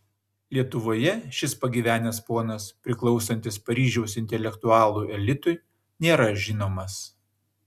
lietuvoje šis pagyvenęs ponas priklausantis paryžiaus intelektualų elitui nėra žinomas